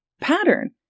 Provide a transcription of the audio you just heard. pattern